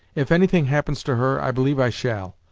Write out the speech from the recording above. if anything happens to her, i believe i shall.